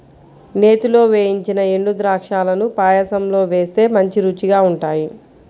నేతిలో వేయించిన ఎండుద్రాక్షాలను పాయసంలో వేస్తే మంచి రుచిగా ఉంటాయి